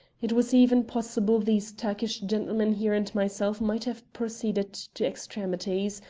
it was even possible these turkish gentlemen here and myself might have proceeded to extremities,